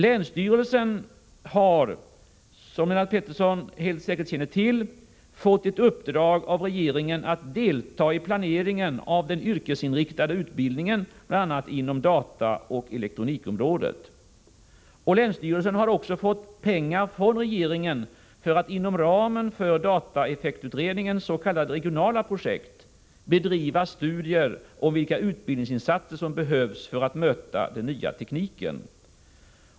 Länsstyrelsen har, som Lennart Pettersson säkert känner till, fått i uppdrag av regeringen att delta i planeringen av den yrkesinriktade utbildningen, bl.a. inom dataoch elektronikområdet. Länsstyrelsen har också fått pengar från regeringen för att inom ramen för dataeffektutredningens s.k. regionala projekt bedriva studier om vilka utbildningsinsatser som behövs för att man skall kunna möta den nya tekniken.